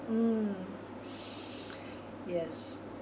mm yes